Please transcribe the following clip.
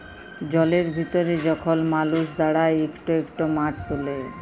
জলের ভিতরে যখল মালুস দাঁড়ায় ইকট ইকট মাছ তুলে